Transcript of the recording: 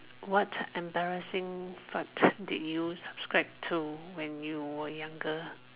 what embarrassing fad did you subscribe to when you were younger